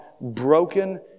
broken